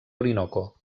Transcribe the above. orinoco